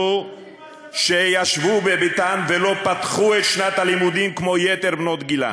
שישבו בביתן ולא פתחו את שנת הלימודים כמו יתר בנות גילן.